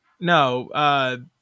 No